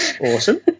Awesome